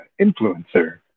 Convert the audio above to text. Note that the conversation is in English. influencer